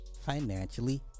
Financially